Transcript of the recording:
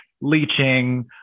leaching